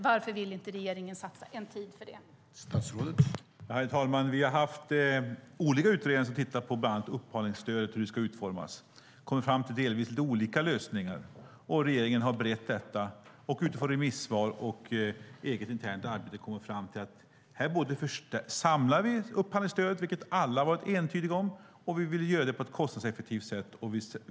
Varför vill inte regeringen satsa tid på detta?